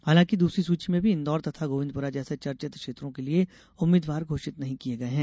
हालांकि दूसरी सूची में भी इंदौर तथा गोविन्दपुरा जैसे चर्चित क्षेत्रों के लिये उम्मीदवार घोषित नहीं किये गये हैं